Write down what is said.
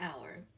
hour